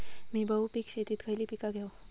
मी बहुपिक शेतीत खयली पीका घेव?